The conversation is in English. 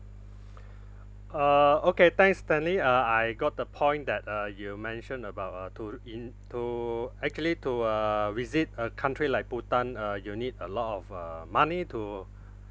uh okay thanks stanley uh I got the point that uh you mentioned about uh to in to actually to uh visit a country like bhutan uh you need a lot of uh money to